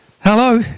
Hello